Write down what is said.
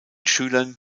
schülern